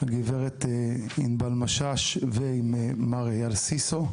הגברת ענבל משש ומר אייל סיסו,